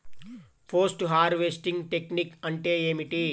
Post harvesting technique అంటే ఏమిటీ?